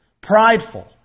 prideful